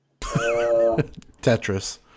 Tetris